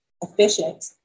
efficient